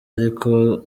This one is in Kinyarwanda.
ariko